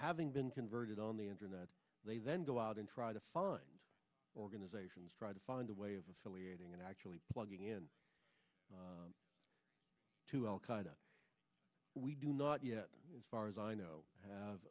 having been converted on the internet they then go out and try to find organizations try to find a way of affiliating and actually plugging in to al qaeda we do not yet as far as i know